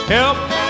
Help